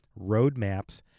roadmaps